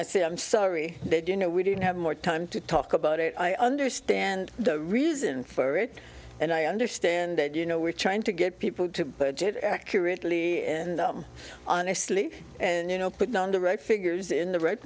i say i'm sorry did you know we didn't have more time to talk about it i understand the reason for it and i understand that you know we're trying to get people to budget accurately and honestly and you know put it on the right figures in the right